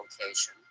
location